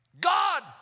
God